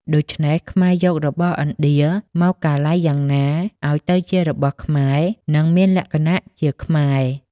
ដូច្នេះ ខ្មែរយករបស់ឥណ្ឌា មកកាឡៃយ៉ាងណាឱ្យទៅជារបស់ខ្មែរ និងមានលក្ខណៈជាខ្មែរ។